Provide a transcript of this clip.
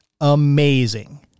amazing